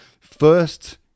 first